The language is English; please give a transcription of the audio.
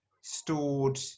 stored